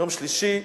יום שלישי,